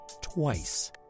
twice